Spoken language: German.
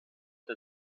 der